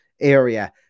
area